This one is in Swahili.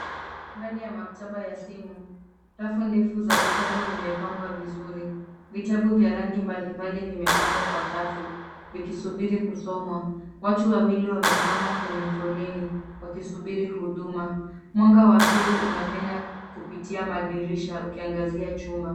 Ndani ya makitaba ya simu rafu ndefu za vitabu vimepangwa vizuri, vitabu vya rangi mbali mbali vimepangwa kwa safu vikisubiri kusomwa, watu wawili wamesimama kwenye foleni wakisubiri huduma, mwanga wa asili unapenya kupitia madirisha ukiangazia chumba.